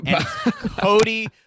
Cody